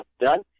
done